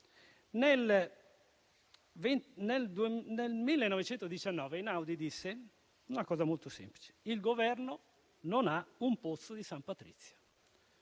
Nel 1919 Einaudi disse una cosa molto semplice: il Governo non ha un pozzo di San Patrizio.